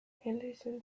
henderson